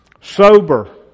sober